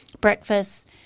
breakfast